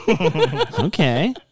Okay